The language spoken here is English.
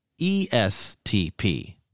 ESTP